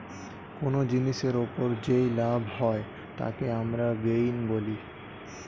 কোন জিনিসের ওপর যেই লাভ হয় তাকে আমরা গেইন বলি